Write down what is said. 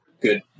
Good